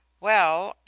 well,